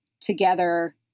together